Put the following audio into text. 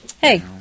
Hey